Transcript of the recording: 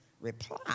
reply